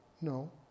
No